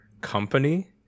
company